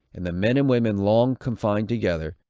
and the men and women long confined together,